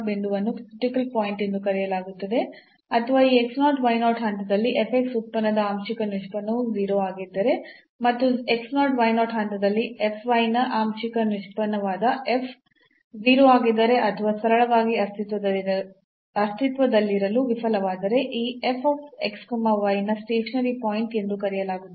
ಬಿಂದುವನ್ನು critical point ಎಂದು ಕರೆಯಲಾಗುತ್ತದೆ ಅಥವಾ ಈ ಹಂತದಲ್ಲಿ ಉತ್ಪನ್ನದ ಆಂಶಿಕ ನಿಷ್ಪನ್ನವು 0 ಆಗಿದ್ದರೆ ಮತ್ತು ಹಂತದಲ್ಲಿ ನ ಆಂಶಿಕ ನಿಷ್ಪನ್ನವಾದ f 0 ಆಗಿದ್ದರೆ ಅಥವಾ ಸರಳವಾಗಿ ಅಸ್ತಿತ್ವದಲ್ಲಿರಲು ವಿಫಲವಾದರೆ ಈ ನ ಸ್ಟೇಷನರಿ ಪಾಯಿಂಟ್ ಎಂದು ಕರೆಯಲಾಗುತ್ತದೆ